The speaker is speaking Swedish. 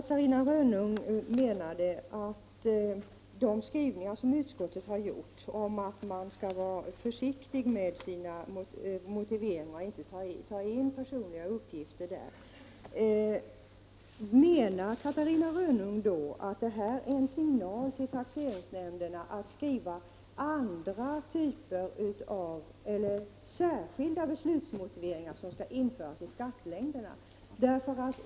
Herr talman! Catarina Rönnung sade att utskottet skrivit om försiktighet i motiveringar och om utelämnande av personliga uppgifter. Menar Catarina Rönnung då att det här är en signal till taxeringsnämnderna att skriva särskilda beslutsmotiveringar som skall införas i skattelängderna?